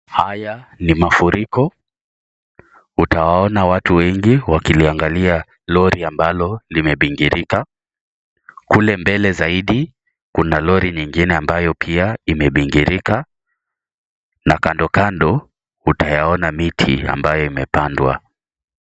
Haya ni mafuriko, utayaona watu wengi wakiangalia lori ambalo limebingirika, kule mbele zaidi kuna lori nyingine ambayo pia imebingirika na kando kando utayaona miti ambayo imepandwa.